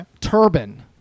Turban